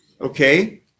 Okay